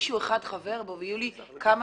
מישהו אחד חבר בו ויהיו לי כמה